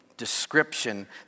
description